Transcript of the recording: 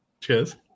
cheers